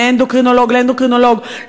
מאנדוקרינולוג לאנדוקרינולוג,